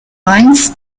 mainz